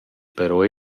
però